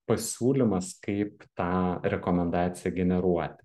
pasiūlymas kaip tą rekomendaciją generuoti